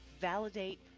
validate